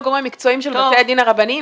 זה תלוי בגורמים המקצועיים של בתי הדין הרבניים,